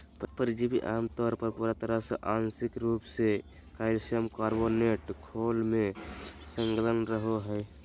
परिजीवी आमतौर पर पूरा तरह आंशिक रूप से कइल्शियम कार्बोनेट खोल में संलग्न रहो हइ